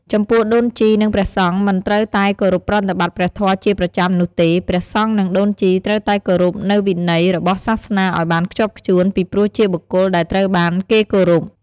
ចំពោះដូនជីនិងព្រះសង្ឃមិនត្រូវតែគោរពប្រតិបតិ្តព្រះធម៌ជាប្រចាំនោះទេ ព្រះសង្ឍនិងដូនជីត្រូវតែគោរពនូវវិន័យរបស់សាសនាអោយបានខ្ជាប់ខ្ជួន ពីព្រោះជាបុគ្គលដែលត្រូវបានគេគោរព។